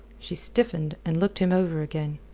she stiffened, and looked him over again.